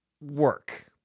work